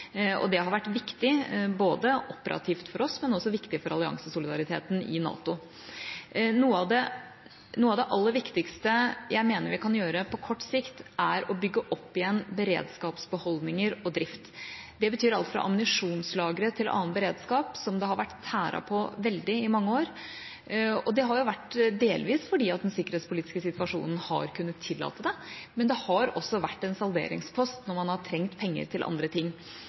og det har vært viktig operativt for oss, men også viktig for alliansesolidariteten i NATO. Noe av det aller viktigste jeg mener vi kan gjøre på kort sikt, er å bygge opp igjen beredskapsbeholdninger og drift. Det betyr alt fra ammunisjonslagre til annen beredskap, som det har vært tæret veldig på i mange år. Det har vært delvis fordi den sikkerhetspolitiske situasjonen har kunnet tillate det, men det har også vært en salderingspost når man har trengt penger til andre ting.